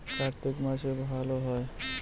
কার্তিক মাসে ভালো হয়?